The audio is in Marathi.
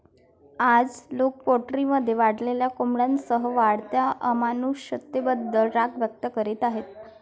आज, लोक पोल्ट्रीमध्ये वाढलेल्या कोंबड्यांसह वाढत्या अमानुषतेबद्दल राग व्यक्त करीत आहेत